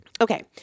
Okay